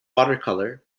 watercolour